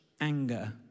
anger